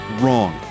wrong